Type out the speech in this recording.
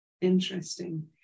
Interesting